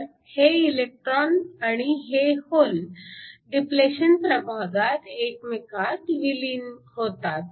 तर हे इलेक्ट्रॉन आणि हे होल डिप्लेशन प्रभागात एकमेकांत विलीन होतात